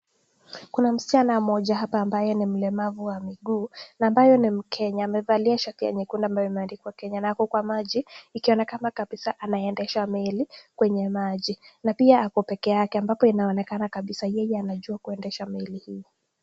Kuna msichana mmoja hapa ambaye ni mlemavu wa miguu na ambaye ni mkenya amevalia shati nyekundu ambayo imeandikwa Kenya na ako kwa maji ikionekana kabisa anaendesha meli kwenye maji na pia ako peke yake paka anaonekana kabisa yeye anajua kuendesha meli hii.